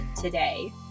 today